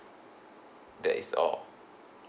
that is all